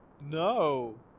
No